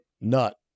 Nut